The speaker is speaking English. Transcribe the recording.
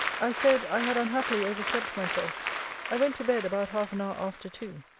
i said, i had unhappily overslept myself i went to bed about half an hour after two.